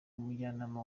umujyanama